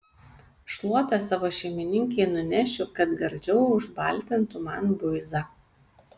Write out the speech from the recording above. šluotą savo šeimininkei nunešiu kad gardžiau užbaltintų man buizą